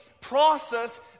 process